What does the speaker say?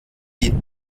die